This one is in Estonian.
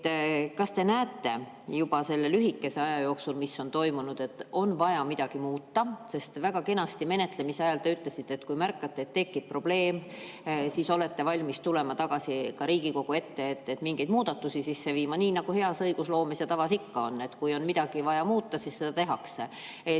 te näete juba selle lühikese aja jooksul, mis on möödunud, et on vaja midagi muuta? Väga kenasti te menetlemise ajal ütlesite, et kui märkate, et tekib probleem, siis olete valmis tulema tagasi ka Riigikogu ette, et mingeid muudatusi sisse viia, nii nagu hea õigusloome tava ikka on, et kui on midagi vaja muuta, siis seda tehakse.